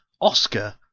Oscar